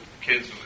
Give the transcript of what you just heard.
kids